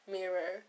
Mirror